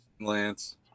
lance